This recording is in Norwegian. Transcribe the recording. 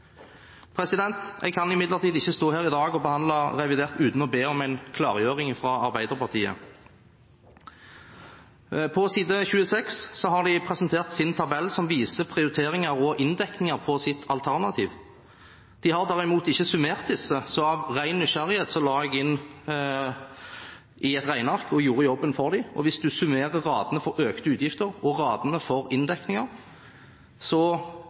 Jeg kan imidlertid ikke stå her i dag og behandle revidert uten å be om en klargjøring fra Arbeiderpartiet. På side 26 har de presentert sin tabell som viser prioriteringer og inndekninger i sitt alternativ. De har derimot ikke summert disse, så av ren nysgjerrighet la jeg det inn i et regneark og gjorde jobben for dem. Hvis man summerer radene for økte utgifter og radene for